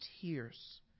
tears